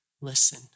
listen